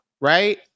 right